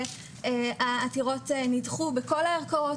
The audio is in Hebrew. והעתירות נדחו בכל הערכאות,